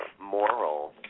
moral